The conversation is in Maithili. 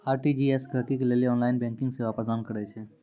आर.टी.जी.एस गहकि के लेली ऑनलाइन बैंकिंग सेवा प्रदान करै छै